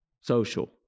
social